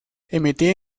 emitía